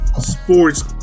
sports